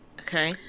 Okay